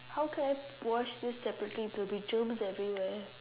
how can I wash this separately there'll be germs everywhere